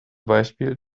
beispiel